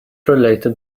related